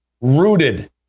rooted